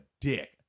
dick